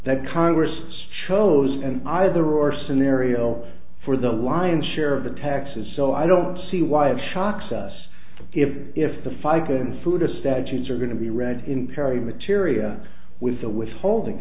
that congress chose an either or scenario for the lion's share of the taxes so i don't see why it shocks us if if the fica and food of statutes are going to be read in perry materia with the withholding